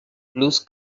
plus